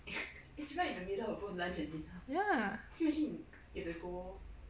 ya